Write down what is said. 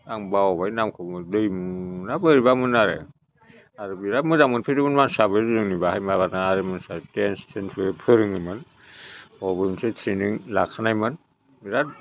आं बावबाय नामखौनो दैमु ना बोरैबामोन आरो आरो बेराद मोजां मोनफैदोंमोन मानसिआबो जोंनि बेहाय माबाना डेन्स टेन्सबो फोरोङोमोन गावबो मोनसे ट्रेनिं लाखानायमोन बेराद